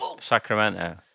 sacramento